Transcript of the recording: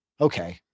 Okay